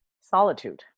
solitude